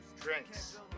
Drinks